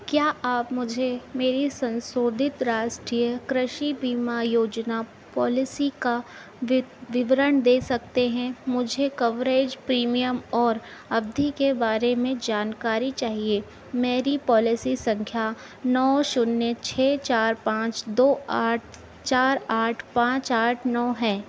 क्या आप मुझे मेरी संशोधित राष्टीय कृषि बीमा योजना पॉलिसी का वि विवरण दे सकते हैं मुझे कवरेज प्रीमियम और अवधि के बारे में जानकारी चाहिए मेरी पॉलिसी संख्या नौ शून्य छः चार पाँच दो आठ चार आठ पाँच आठ नौ है